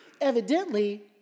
evidently